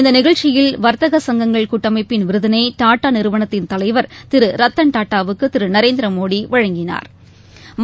இந்த நிகழ்ச்சியில் வாத்தக சங்கங்கள் கூட்டமைப்பின் விருதினை டாடா நிறுவனத்தின் தலைவா் திரு ரத்தன் டாடாவுக்கு திரு நரேந்திரமோடி வழங்கினாா்